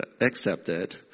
accepted